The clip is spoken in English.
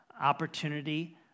opportunity